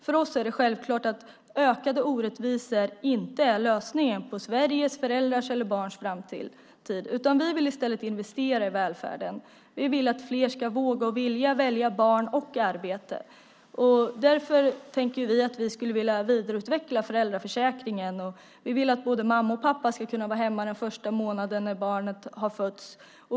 För oss är det självklart att ökade orättvisor inte är lösningen på Sveriges föräldrars eller barns framtid. Vi vill i stället investera i välfärden. Vi vill att fler ska våga och vilja välja barn och arbete. Därför skulle vi vilja vidareutveckla föräldraförsäkringen. Vi vill att både mamma och pappa ska kunna vara hemma den första månaden när barnet har fötts.